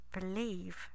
believe